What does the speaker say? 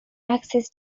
access